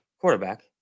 quarterback